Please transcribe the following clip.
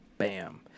Bam